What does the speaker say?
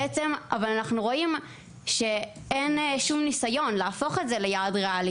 אבל אנחנו רואים שאין שום ניסיון להפוך את זה ליעד ריאלי.